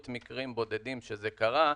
מקרים ומדובר במקרים בודדים שזה קרה,